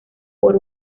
por